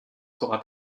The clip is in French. sera